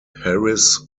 harris